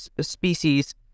species